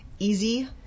easy